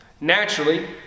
naturally